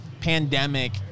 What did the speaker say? pandemic